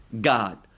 God